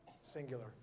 singular